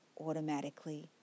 automatically